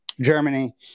Germany